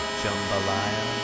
jambalaya